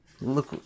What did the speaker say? look